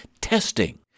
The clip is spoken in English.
testing